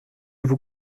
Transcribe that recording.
vous